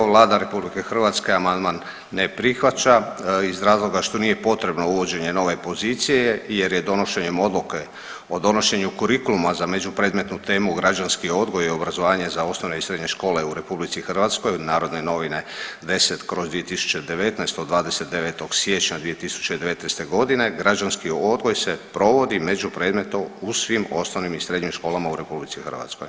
Vlada RH amandman ne prihvaća iz razloga što nije potrebno uvođenje nove pozicije jer je donošenjem Odluke o donošenju kurikuluma za međupredmetnu temu Građanski odgoj i obrazovanje za osnovne i srednje škole u RH (NN 10/2019) od 29. siječnja 2019. g., građanski odgoj se provodi međupredmetno u svim osnovnim i srednjim školama u RH.